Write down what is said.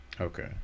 Okay